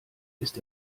ist